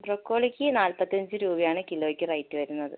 ബ്രൊക്കോളിക്ക് നാപ്പത്തിയഞ്ച് രൂപയാണ് കിലോയ്ക്ക് റേറ്റ് വരുന്നത്